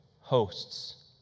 hosts